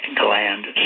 gland